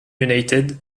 united